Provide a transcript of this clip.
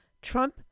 Trump